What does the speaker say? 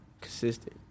consistent